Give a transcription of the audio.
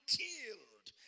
killed